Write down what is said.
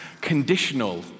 conditional